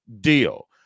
deal